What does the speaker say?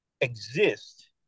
exist